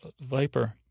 Viper